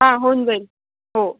हां होऊन जाईल हो